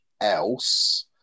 else